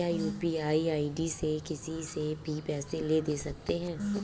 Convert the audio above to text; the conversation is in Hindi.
क्या यू.पी.आई आई.डी से किसी से भी पैसे ले दे सकते हैं?